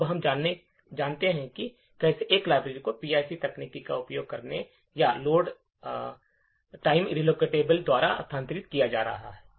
तो अब हम जानते हैं कि कैसे एक लाइब्रेरी को PIC तकनीक का उपयोग करके या लोड समय रिलोकेबल द्वारा स्थानांतरित किया जा सकता है